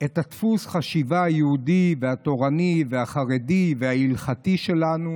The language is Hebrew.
את דפוס החשיבה היהודי והתורני והחרדי וההלכתי שלנו,